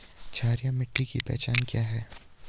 क्षारीय मिट्टी की पहचान क्या है?